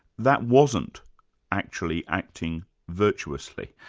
that wasn't actually acting virtuously.